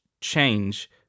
change